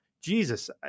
Jesus